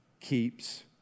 keeps